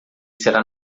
será